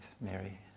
Mary